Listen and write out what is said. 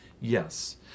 Yes